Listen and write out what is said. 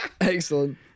Excellent